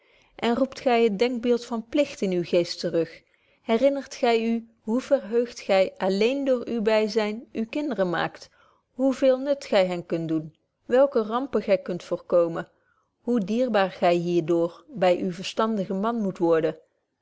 en roept gy het denkbeeld van pligt in uwen geest te rug herinnerd gy u hoe verheugd gy alléén door uw byzyn uwe kinderen maakt hoe veel nut gy hen kunt doen welke rampen gy kunt voorkomen hoe dierbaar gy hier door by uwen verstandigen man moet worden